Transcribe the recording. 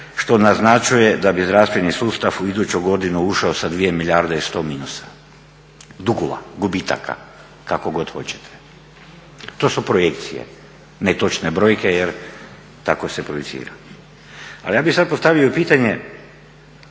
što naznačuje da bi zdravstveni sustav u iduću godinu ušao sa 2 milijarde i 100 minusa, dugova, gubitaka, kako god hoćete. To su projekcije, ne točne brojke jer tako se projicira. Ali ja bih sad postavio i pitanje